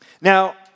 Now